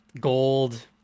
gold